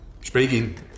Speaking